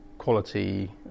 Quality